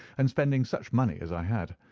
and spending such money as i had,